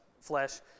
flesh